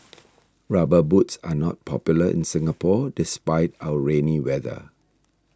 rubber boots are not popular in Singapore despite our rainy weather